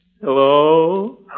Hello